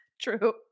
True